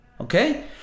Okay